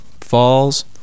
Falls